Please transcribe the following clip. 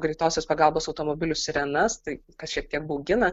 greitosios pagalbos automobilių sirenas tai kas šiek tiek baugina